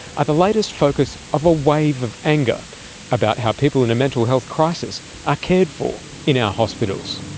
are the latest focus of a wave of anger about how people in a mental health crisis are cared for in our hospitals.